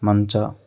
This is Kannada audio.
ಮಂಚ